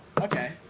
okay